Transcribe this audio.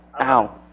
Ow